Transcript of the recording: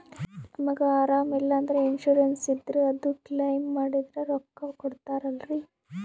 ನಮಗ ಅರಾಮ ಇಲ್ಲಂದ್ರ ಇನ್ಸೂರೆನ್ಸ್ ಇದ್ರ ಅದು ಕ್ಲೈಮ ಮಾಡಿದ್ರ ರೊಕ್ಕ ಕೊಡ್ತಾರಲ್ರಿ?